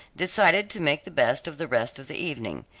decided to make the best of the rest of the evening.